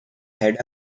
had